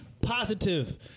positive